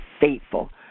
faithful